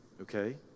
okay